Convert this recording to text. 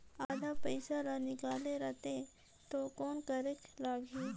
आधा पइसा ला निकाल रतें तो कौन करेके लगही?